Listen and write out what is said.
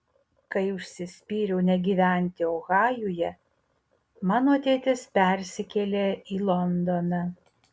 kai užsispyriau negyventi ohajuje mano ateitis persikėlė į londoną